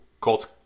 Colts